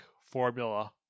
formula